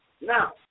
Now